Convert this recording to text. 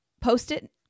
Post-it